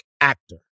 actor